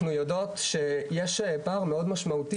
אנחנו יודעות שיש פער מאוד משמעותי